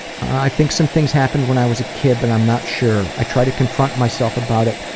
i think some things happened when i was a kid, but i'm not sure. i try to confront myself about it,